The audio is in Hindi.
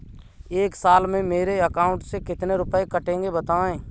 एक साल में मेरे अकाउंट से कितने रुपये कटेंगे बताएँ?